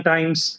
Times